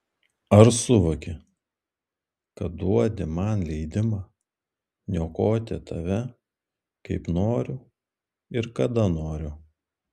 ar suvoki kad duodi man leidimą niokoti tave kaip noriu ir kada noriu